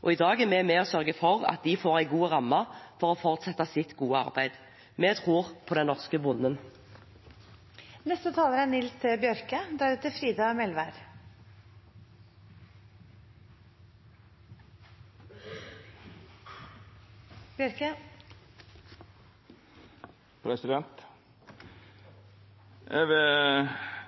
verdensklasse. I dag er vi med og sørger for at de får en god ramme for å fortsette sitt gode arbeid. Vi tror på den norske bonden.